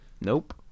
Nope